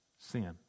Sin